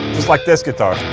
like this guitar